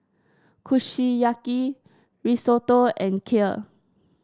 Kushiyaki Risotto and Kheer